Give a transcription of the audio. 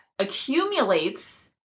accumulates